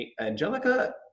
Angelica